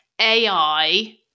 AI